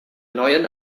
neuen